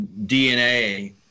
DNA